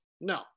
No